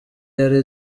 yari